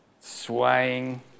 swaying